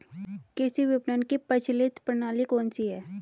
कृषि विपणन की प्रचलित प्रणाली कौन सी है?